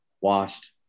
washed